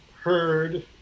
heard